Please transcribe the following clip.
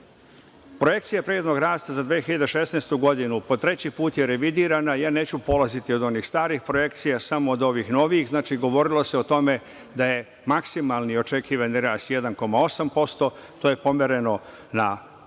potrošnju. Projekcija privrednog rasta za 2016. godinu po treći put je revidirana i ja neću polaziti od onih starih projekcija, samo od ovih novijih. Znači, govorilo se o tome da je maksimalni očekivani rast 1,8%. To je pomereno u